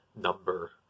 number